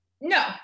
no